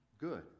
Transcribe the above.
good